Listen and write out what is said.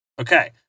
Okay